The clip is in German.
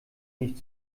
nicht